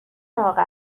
موقع